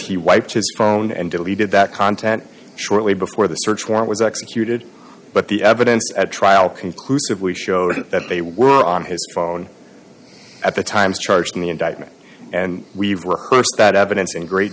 he wiped his phone and deleted that content shortly before the search warrant was executed but the evidence at trial conclusively showed that they were on his phone at the times charged in the indictment and we've got evidence in great